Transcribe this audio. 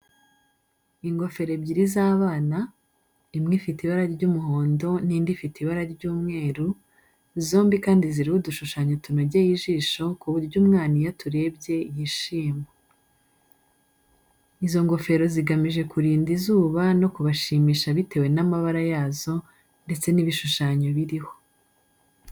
Ingofero ebyiri z’abana, imwe ifite ibara ry’umuhondo n’indi ifite ibara ry’umweru, zombi kandi ziriho udushushanyo tunogeye ijisho ku buryo umwana iyo aturebye yishima. Izo ngofero zigamije kurinda izuba no kubashimisha bitewe n’amabara yazo ndetse n’ibishushanyo biriho.